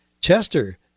Chester